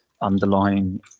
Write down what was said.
underlying